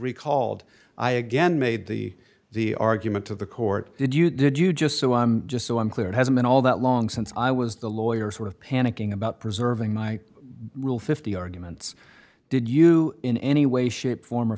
recalled i again made the the argument to the court did you did you just so i'm just so i'm clear it hasn't been all that long since i was the lawyer sort of panicking about preserving my rule fifty arguments did you in any way shape form or